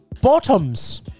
Bottoms